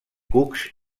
cucs